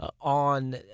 on